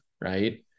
Right